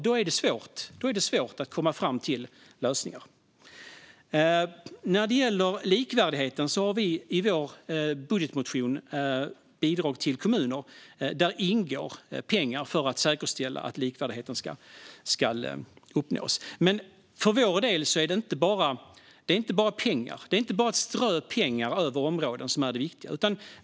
Då är det svårt att komma fram till lösningar. När det gäller likvärdigheten har vi i vår budgetmotion bidrag till kommuner. Där ingår pengar för att säkerställa att likvärdighet ska uppnås. Men för vår del är det inte bara att strö pengar över områden som är det viktiga.